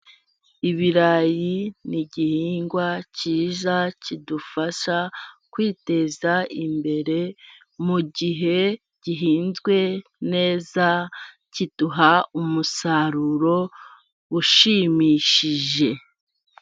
Ibirayi ni igihingwa cyiza kidufasha kwiteza imbere ,mu gihe gihinzwe neza kiduha umusaruro ushimishije.